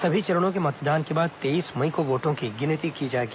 सभी चरणों के मतदान के बाद तेईस मई को वोटों की गिनती की जाएगी